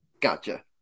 Gotcha